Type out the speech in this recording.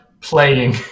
playing